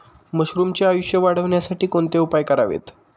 मशरुमचे आयुष्य वाढवण्यासाठी कोणते उपाय करावेत?